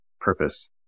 purpose